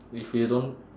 if you don't